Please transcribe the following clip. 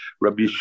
Rabbi